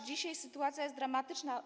Dzisiaj sytuacja jest dramatyczna.